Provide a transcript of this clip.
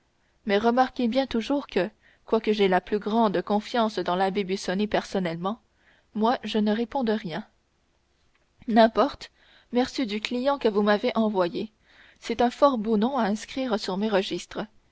mais remarquez bien toujours que quoique j'aie la plus grande confiance dans l'abbé busoni personnellement moi je ne réponds de rien n'importe merci du client que vous m'avez envoyé c'est un fort beau nom à inscrire sur mes registres